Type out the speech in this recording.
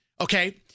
Okay